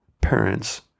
parents